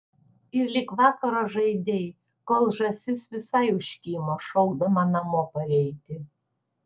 ir lig vakaro žaidei kol žąsis visai užkimo šaukdama namo pareiti